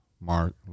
Mark